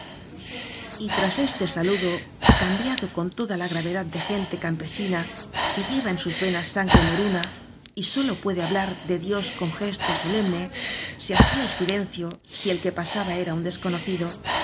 tras este saludo cambiado con toda la gravedad de gente campesina que lleva en sus venas sangre moruna y solo puede hablar de dios con gesto solemne se hacía el silencio si el que pasaba era un desconocido